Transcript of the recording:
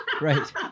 right